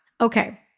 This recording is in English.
Okay